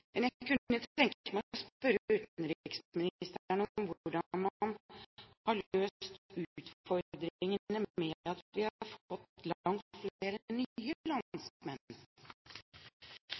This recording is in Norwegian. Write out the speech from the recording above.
Jeg kunne tenke meg å spørre utenriksministeren om hvordan man har løst utfordringene med at vi har